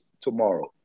tomorrow